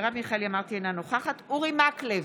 אורי מקלב,